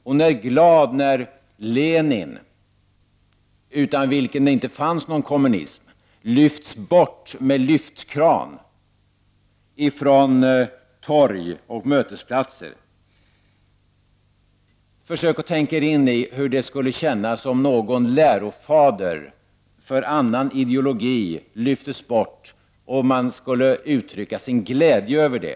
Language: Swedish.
Hon är glad när statyer av Lenin — utan Lenin skulle det inte finnas någon kommunism — lyfts bort med lyftkranar ifrån torg och mötesplatser. Försök att tänka er in i hur det skulle kännas om statyn av en lärofader för någon annan ideologi lyftes bort och man skulle uttrycka sin glädje över det.